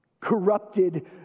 corrupted